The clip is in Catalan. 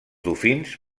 dofins